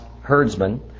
herdsmen